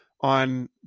on